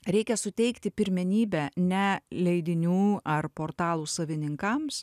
reikia suteikti pirmenybę ne leidinių ar portalų savininkams